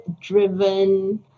driven